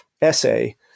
essay